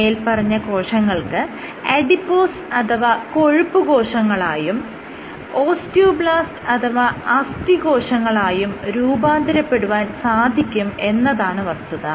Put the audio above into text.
മേല്പറഞ്ഞ കോശങ്ങൾക്ക് അഡിപോസ് അഥവാ കൊഴുപ്പ് കോശങ്ങളായും ഓസ്റ്റിയോബ്ലാസ്റ്റ് അഥവാ അസ്ഥികോശങ്ങളായും രൂപാന്തരപ്പെടുവാൻ സാധിക്കും എന്നതാണ് വസ്തുത